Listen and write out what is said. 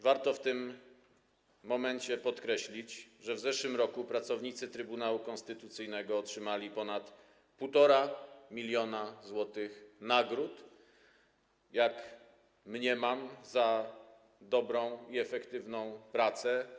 Warto w tym momencie podkreślić, że w zeszłym roku pracownicy Trybunału Konstytucyjnego otrzymali ponad 1,5 mln zł nagród, jak mniemam, za dobrą i efektywną pracę.